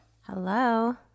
Hello